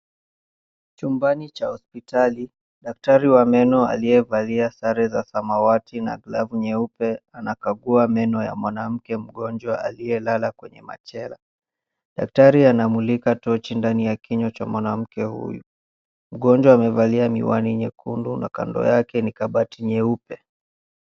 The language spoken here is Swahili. Chumbani cha hospitali, daktari wa meno aliyevalia sare za samawati na glavu nyeupe anakagua meno ya mwanamke mgonjwa aliyelala kwenye machela. Daktari anamulika tochi ndani ya kinywa cha mwanamke huyu. Mgonjwa amevalia miwani nyekundu na kando yake ni kabati nyeupe.